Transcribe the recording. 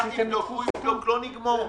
אם אתה תבדוק, הוא יבדוק, לא נגמור מזה.